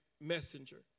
messenger